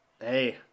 Hey